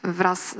wraz